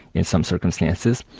in some circumstances,